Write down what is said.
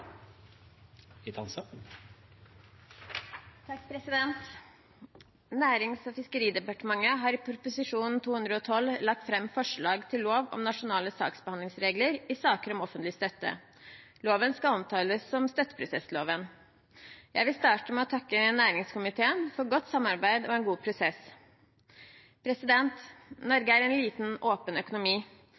Nærings- og fiskeridepartementet har i Prop. 212 L for 2020–2021 lagt fram forslag til lov om nasjonale saksbehandlingsregler i saker om offentlig støtte. Loven skal omtales som støtteprosessloven. Jeg vil starte med å takke næringskomiteen for et godt samarbeid og en god prosess. Norge er en liten, åpen økonomi.